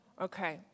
Okay